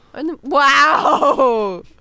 Wow